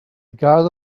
got